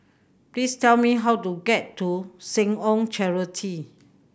please tell me how to get to Seh Ong Charity